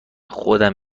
خودم